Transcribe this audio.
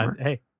hey